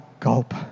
gulp